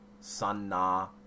sanna